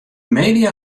media